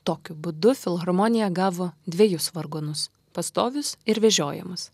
tokiu būdu filharmonija gavo dvejus vargonus pastovius ir vežiojamus